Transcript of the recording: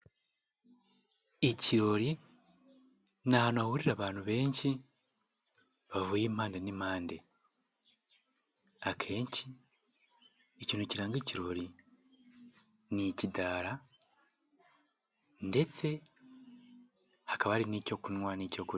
Ikirori n’ahantu hahurira abantu benshi bavuye impande n’impande. Akenshi ikintu kiranga ikirori n’ikidara, ndetse hakaba hari n’icyo kurya n’icyo kunywa.